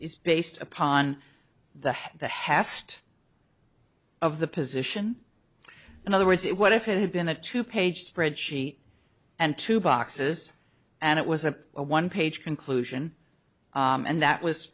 is based upon the haft of the position in other words it what if it had been a two page spread sheet and two boxes and it was a one page conclusion and that was